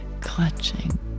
clutching